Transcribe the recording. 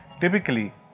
typically